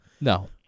No